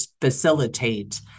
facilitate